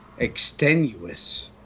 extenuous